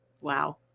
wow